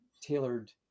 tailored